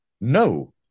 No